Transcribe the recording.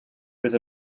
with